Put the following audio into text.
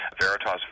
Veritas